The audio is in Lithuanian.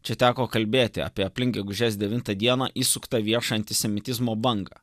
čia teko kalbėti apie aplink gegužės devintą dieną įsuktą viešą antisemitizmo bangą